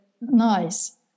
nice